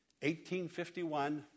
1851